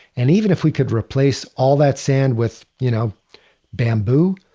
and even if we could replace all that sand with you know bamboo,